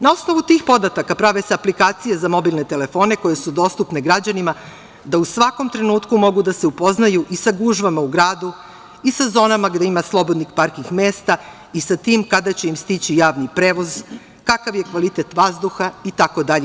Na osnovu tih podataka prave se aplikacije za mobilne telefone, koje su dostupne građanima, da u svakom trenutku mogu da se upoznaju i sa gužvama u gradu i sa zonama gde ima slobodnih parking mesta i sa tim kada će im stići javni prevoz, kakav je kvalitet vazduha itd.